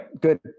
Good